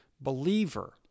believer